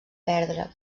perdre